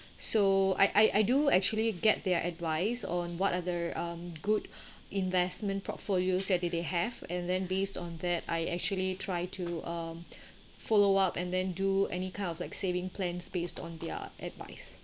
so I I I do actually get their advice on what are the um good investment portfolios that they they have and then based on that I actually try to um follow up and then do any kind of like saving plans based on their advice